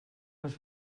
les